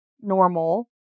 normal